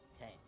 Okay